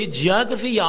geography